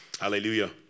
Hallelujah